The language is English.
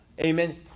Amen